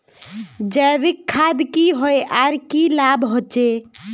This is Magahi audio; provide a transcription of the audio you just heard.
जैविक खाद की होय आर की की लाभ होचे?